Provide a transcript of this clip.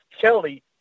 Kelly